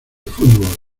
fútbol